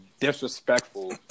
disrespectful